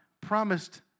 promised